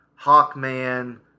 Hawkman